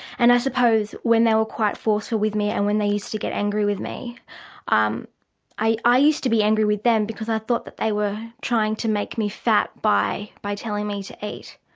and i suppose when they were quite forceful with me and when they used to get angry with me um i i used to be angry with them, because i thought that they were trying to make me fat by by telling me to eat.